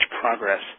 progress